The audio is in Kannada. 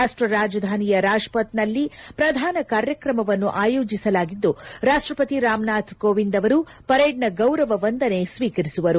ರಾಷ್ಟ ರಾಜಧಾನಿಯ ರಾಜ್ಪಥ್ ನಲ್ಲಿ ಪ್ರಧಾನ ಕಾರ್ಯಕ್ರಮವನ್ನು ಆಯೋಜಿಸಲಾಗಿದ್ದು ರಾಷ್ಟಪತಿ ರಾಮ್ ನಾಥ್ ಕೋವಿಂದ್ ಅವರು ಪರೇಡ್ ನ ಗೌರವ ವಂದನೆ ಸ್ವೀಕರಿಸುವರು